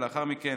ולאחר מכן